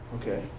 Okay